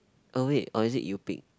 oh wait or is it you pick